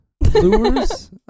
Lures